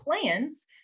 plans